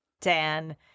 Dan